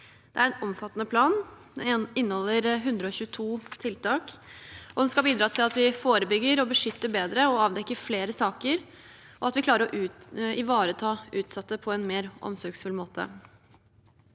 Det er en omfattende plan. Den inneholder 122 tiltak, og den skal bidra til at vi forebygger og beskytter bedre og avdekker flere saker, og at vi klarer å ivareta utsatte på en mer omsorgsfull måte.